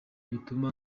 gituma